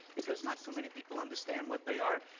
because not too many people understand what they are.